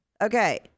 Okay